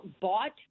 bought